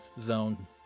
zone